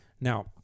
Now